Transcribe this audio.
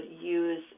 use